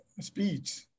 speech